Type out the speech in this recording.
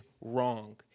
wrong